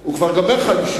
הוא כבר גומר חמישית.